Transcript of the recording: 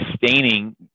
sustaining